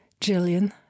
Jillian